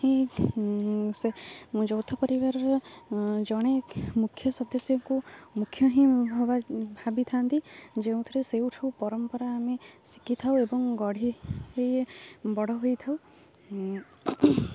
ହିଁ ସେ ଯୌଥ ପରିବାରର ଜଣେ ମୁଖ୍ୟ ସଦସ୍ୟକୁ ମୁଖ୍ୟ ହିଁ ଭାବିଥାନ୍ତି ଯେଉଁଥିରେ ସେଉଠୁ ପରମ୍ପରା ଆମେ ଶିଖିଥାଉ ଏବଂ ଗଢ଼ି ବଡ଼ ହୋଇଥାଉ